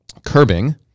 curbing